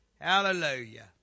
Hallelujah